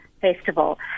Festival